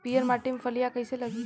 पीयर माटी में फलियां कइसे लागी?